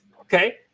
okay